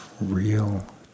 real